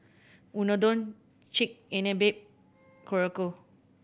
Unadon Chigenabe Korokke